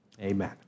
Amen